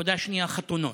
נקודה שנייה, חתונות.